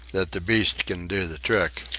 that the beast can do the trick.